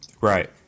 Right